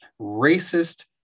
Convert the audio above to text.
racist